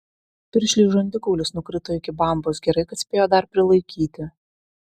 piršliui žandikaulis nukrito iki bambos gerai kad spėjo dar prilaikyti